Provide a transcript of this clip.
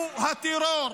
הוא הטרור.